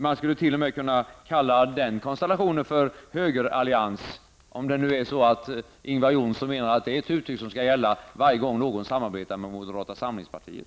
Man skulle t.o.m. kunna kalla den konstellationen för högerallians, om Ingvar Johnsson menar att det är ett uttryck som skall användas varje gång någon samarbetar med moderata samlingspartiet.